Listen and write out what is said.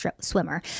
swimmer